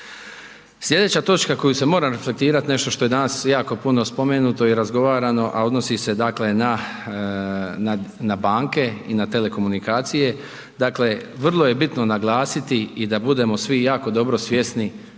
Slijedeća točku na koju se moram reflektirat, nešto što je danas jako puno spomenuto i razgovarano, a odnosi se, dakle, na banke i na telekomunikacije. Dakle, vrlo je bitno naglasiti i da budemo svi jako dobro svjesni